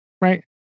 right